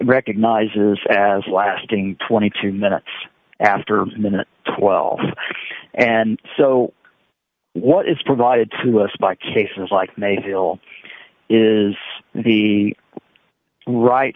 recognizes as lasting twenty two minutes after minute twelve and so what is provided to us by cases like may feel is the right